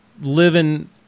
living